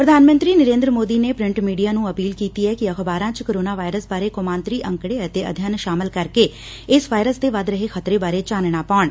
ਪ੍ਧਾਨ ਮੰਤਰੀ ਨਰੇਂਦਰ ਮੋਦੀ ਨੇ ਪ੍੍ਿਟ ਮੀਡੀਆ ਨੂੰ ਅਪੀਲ ਕੀਤੀ ਐ ਕਿ ਅਖਬਾਰਾਂ ਚ ਕੋਰੋਨਾ ਵਾਇਰਸ ਬਾਰੇ ਕੌਮਾਂਤਰੀ ਅੰਕੜੇ ਅਤੇ ਅਧਿਐਨ ਸ਼ਾਮਲ ਕਰਕੇ ਇਸ ਵਾਇਰਸ ਦੇ ਵਧ ਰਹੇ ਖਤਰੇ ਬਾਰੇ ਚਾਨਣਾ ਪਾਉਣ